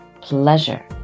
pleasure